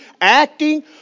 acting